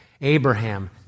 Abraham